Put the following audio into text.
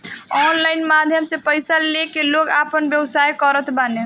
online माध्यम से पईसा लेके लोग आपन व्यवसाय करत बाने